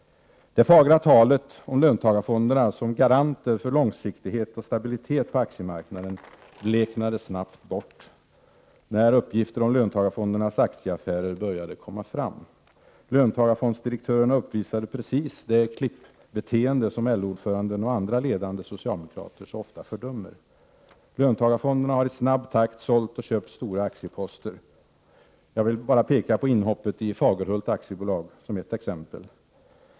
Det fagra talet om löntagarfonderna som garanter för långsiktighet och stabilitet på aktiemarknaden bleknade snabbt bort när uppgifter om löntagarfondernas aktieaffärer började komma fram. Löntagarfondsdirek törerna uppvisade precis det klippbeteende som LO-ordföranden och andra ledande socialdemokrater så ofta fördömer. Löntagarfonderna har i snabb takt sålt och köpt stora aktieposter. Jag vill bara peka på inhoppet i Fagerhults AB som ett exempel.